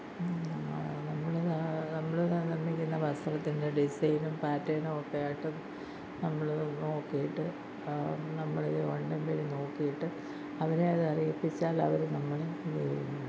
നമ്മൾ നമ്മൾ നിർമ്മിക്കുന്ന വസ്ത്രത്തിൻ്റെ ഡിസൈനും പാറ്റേണും ഒക്കെയായിട്ട് നമ്മൾ നോക്കിയിട്ട് നമ്മളിത് ഓൺലൈൻ വഴി നോക്കിയിട്ട് അവരെ അത് അറിയിപ്പിച്ചാൽ അവർ നമ്മളെ ഇത് ചെയ്ത്